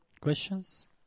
questions